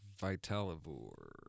Vitalivore